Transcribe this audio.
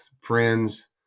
friends